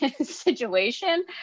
situation